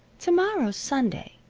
to-morrow's sunday.